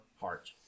heart